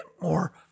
more